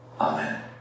Amen